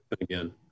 again